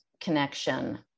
connection